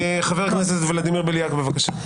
חבר הכנסת ולדימיר בליאק, בבקשה.